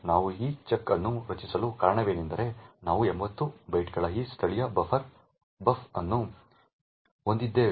ನಾವು ಈ ಚೆಕ್ ಅನ್ನು ರಚಿಸಲು ಕಾರಣವೆಂದರೆ ನಾವು 80 ಬೈಟ್ಗಳ ಈ ಸ್ಥಳೀಯ ಬಫರ್ ಬಫ್ ಅನ್ನು ಹೊಂದಿದ್ದೇವೆ